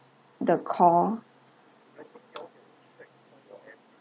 the call